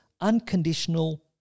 unconditional